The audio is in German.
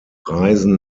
reisen